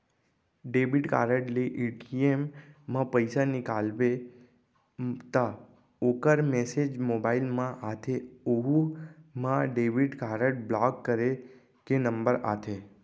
debit card ले ATM म पइसा निकालबे त ओकर मेसेज मोबाइल म आथे ओहू म डेबिट कारड ब्लाक करे के नंबर आथे